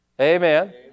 Amen